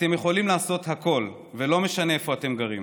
אתם יכולים לעשות הכול, ולא משנה איפה אתם גרים.